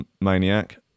maniac